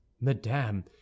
madame